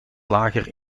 lager